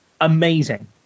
Amazing